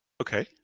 okay